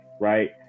right